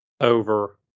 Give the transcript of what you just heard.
over